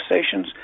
stations